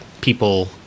people